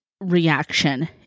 reaction